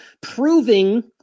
proving